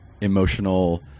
emotional